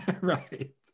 Right